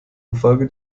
infolge